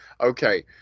okay